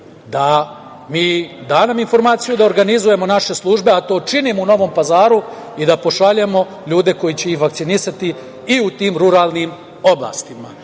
ili da nam da informaciju da mi organizujemo naše službe, a to činimo u Novom Pazaru, i da pošaljemo ljude koji će vakcinisati i u tim ruralnim oblastima.